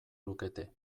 lukete